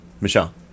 Michelle